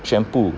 全部